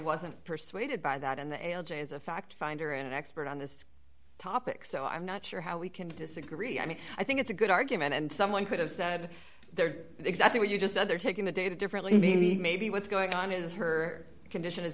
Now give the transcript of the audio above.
wasn't persuaded by that and the fact finder in an expert on this topic so i'm not sure how we can disagree i mean i think it's a good argument and someone could have said they're exactly what you just other taking the data differently maybe what's going on is her condition is